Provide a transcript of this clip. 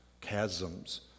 chasms